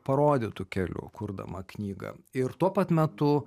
parodytu keliu kurdama knygą ir tuo pat metu